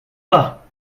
pas